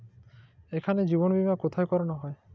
এখানে জীবন বীমা কোথায় করানো হয়?